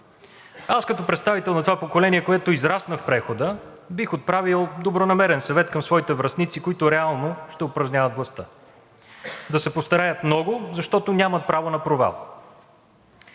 Аз като представител на това поколение, което израсна в прехода, бих отправил добронамерен съвет към своите връстници, които реално ще упражняват властта: да се постараят много, защото нямат право на провал.